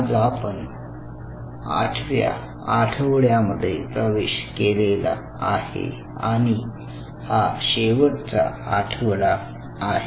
आज आपण आठव्या आठवड्यामध्ये प्रवेश केलेला आहे आणि हा शेवटचा आठवडा आहे